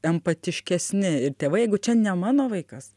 empatiškesni ir tėvai jeigu čia ne mano vaikas